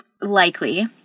likely